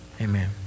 amen